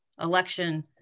election